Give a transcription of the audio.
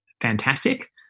fantastic